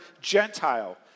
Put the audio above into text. Gentile